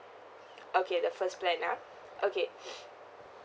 okay the first plan ah okay